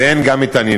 ואין גם התעניינות.